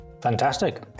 Fantastic